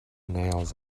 nails